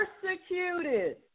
Persecuted